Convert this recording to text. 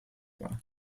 war